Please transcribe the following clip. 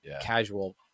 casual